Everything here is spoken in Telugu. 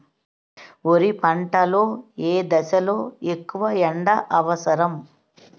వరి పంట లో ఏ దశ లొ ఎక్కువ ఎండా అవసరం?